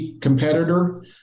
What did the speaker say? competitor